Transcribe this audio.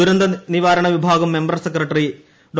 ദുരന്തനിവാരണ വിഭാഗം മെമ്പർ സെക്രട്ടറിപ്പഡോ